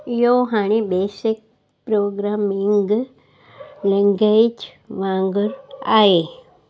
इहो हाणे basic programming language वांगुरु आहे